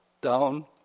down